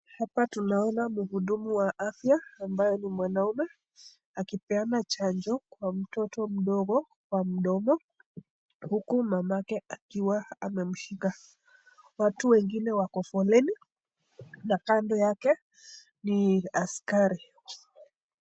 Hapa tunaona mhudumu wa afya ambaye ni mwanaume akipeana chanjo kwa mtoto mdogo kwa mdomo huku mamake akiwa amemshika. Watu wengine wako foleni na kando yake ni askari.